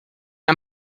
han